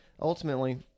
Ultimately